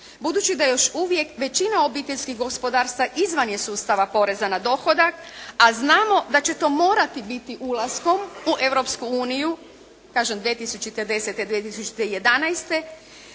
Budući da još uvijek većina obiteljskih gospodarstva izvan je sustav poreza na dohodak, a znamo da će to morati biti ulaskom u Europsku uniju, kažem 2010., 2011.